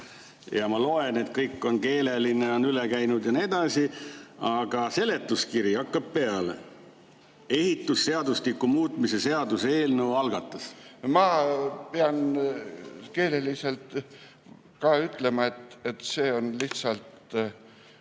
ja ma loen, et kõik on keeleline, on üle käidud ja nii edasi, aga seletuskiri algab: "Ehitusseadustiku muutmise seaduse eelnõu algatas ..." Ma pean keeleliselt ka ütlema, et see on lihtsalt